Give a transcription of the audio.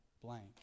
blank